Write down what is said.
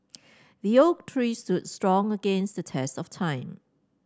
the oak tree stood strong against the test of time